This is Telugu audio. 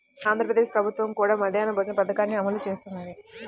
మన ఆంధ్ర ప్రదేశ్ ప్రభుత్వం కూడా మధ్యాహ్న భోజన పథకాన్ని అమలు చేస్తున్నది